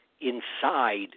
inside